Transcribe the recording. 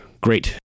great